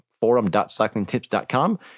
forum.cyclingtips.com